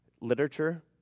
literature